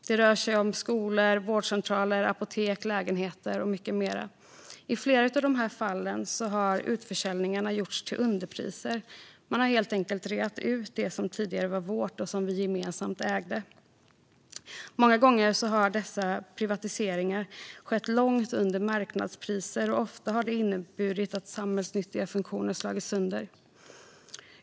Det rör sig om skolor, vårdcentraler, apotek, lägenheter och mycket mer. I flera av dessa fall har utförsäljningarna gjorts till underpriser. Man har helt enkelt reat ut det som tidigare var vårt och som vi gemensamt ägde. Många gånger har dessa privatiseringar skett långt under marknadspriser, och ofta har det inneburit att samhällsnyttiga funktioner slagits sönder.